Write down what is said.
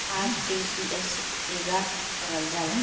RTGS केगा करलऽ जाला?